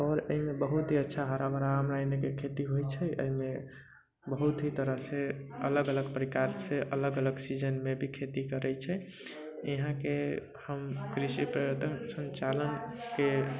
आओर एहिमे बहुत ही अच्छा हरा भरा हमरा एहिमे के खेती होइ छै एहिमे बहुत ही तरह से अलग अलग प्रकार से अलग अलग सीजनमे भी खेती करै छै यहाँ के हम कृषि पे संचालन के